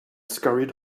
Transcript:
scurried